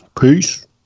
Peace